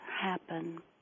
happen